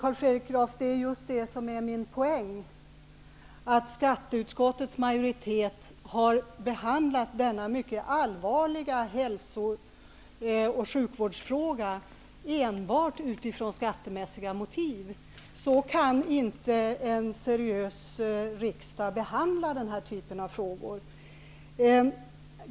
Men det är, Carl Fredrik Graf, just min poäng: Skatteutskottets majoritet har behandlat denna mycket allvarliga hälso och sjukvårdsfråga enbart utifrån skattemässiga motiv. Så kan inte en seriös riksdag behandla den här typen av frågor.